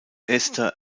ester